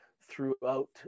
throughout